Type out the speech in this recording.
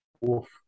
Wolf